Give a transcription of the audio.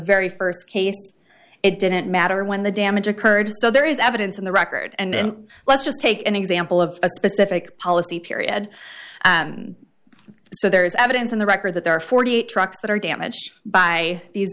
very first case it didn't matter when the damage occurred so there is evidence in the record and let's just take an example of a specific policy period and so there is evidence on the record that there are forty eight trucks that are damaged by the